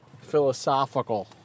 philosophical